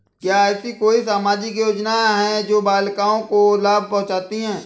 क्या ऐसी कोई सामाजिक योजनाएँ हैं जो बालिकाओं को लाभ पहुँचाती हैं?